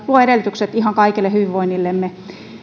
luo edellytykset ihan kaikelle hyvinvoinnillemme sdpllä